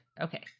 Okay